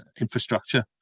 infrastructure